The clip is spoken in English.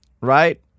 Right